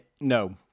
no